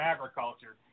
Agriculture